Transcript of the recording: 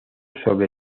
sobre